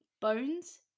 Bones